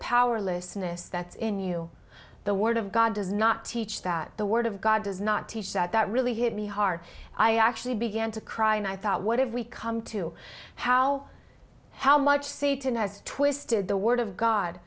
powerlessness that's in you the word of god does not teach that the word of god does not teach that that really hit me hard i actually began to cry and i thought what if we come to how how much seed tonight is twisted the word of god